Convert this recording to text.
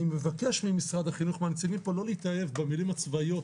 אני מבקש ממשרד החינוך ומהנציגים פה לא להתאהב במילים הצבאיות,